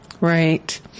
right